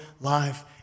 life